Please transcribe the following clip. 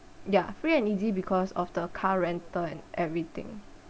ya free and easy because of the car rental and everything